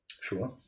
Sure